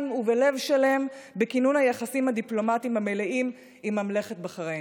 ובלב שלם בכינון היחסים הדיפלומטיים המלאים עם ממלכת בחריין.